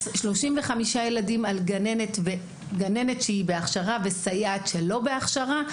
35 ילדים על גננת שהיא בהכשרה, וסייעת שלא בהכשרה,